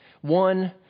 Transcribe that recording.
One